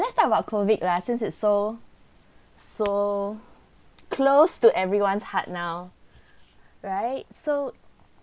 let's talk about COVID lah since it's so so close to everyone's heart now right so